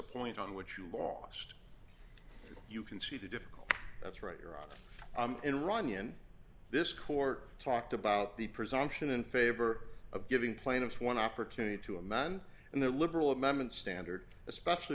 point on which you lost you can see the difficulty that's right you're up in runyon this court talked about the presumption in favor of giving plaintiff one opportunity to a man and the liberal amendment standard especially